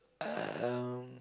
um